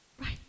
Right